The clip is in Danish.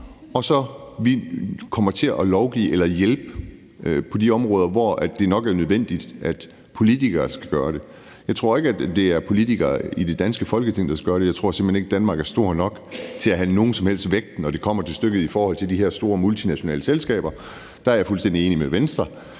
og så kommer vi til at lovgive eller hjælpe på de områder, hvor det nok er nødvendigt at politikere skal gøre det. Jeg tror ikke, det er politikere i det danske Folketing, der skal gøre det; jeg tror simpelt hen ikke, Danmark er stort nok til at have nogen som helst vægt, når det kommer til stykket, i forhold til de her store multinationale selskaber. Der er jeg fuldstændig enig med Venstre.